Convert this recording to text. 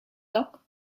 dock